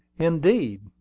indeed!